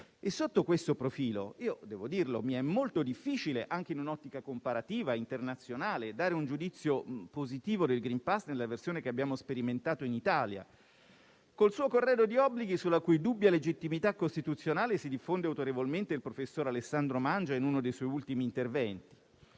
io devo dire che mi è molto difficile, anche in un'ottica comparativa internazionale, dare un giudizio positivo del *green pass* nella versione che abbiamo sperimentato in Italia, col suo corredo di obblighi, sulla cui dubbia legittimità costituzionale si diffonde autorevolmente il professor Alessandro Mangia in uno dei suoi ultimi interventi.